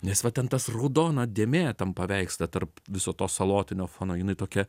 nes va ten tas raudona dėmė tam paveiksle tarp viso to salotinio fono jinai tokia